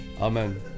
Amen